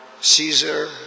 Caesar